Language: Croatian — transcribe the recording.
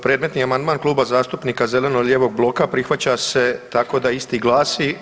Predmetni amandman Kluba zastupnika zeleno-lijevog bloka prihvaća se tako da isti glasi.